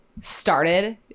started